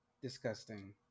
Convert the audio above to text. disgusting